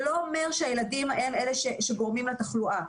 זה לא אומר שהילדים הם אלה שגורמים לתחלואה,